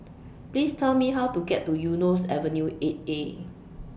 Please Tell Me How to get to Eunos Avenue eight A